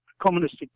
communist